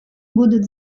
будут